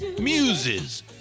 Muses